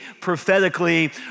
prophetically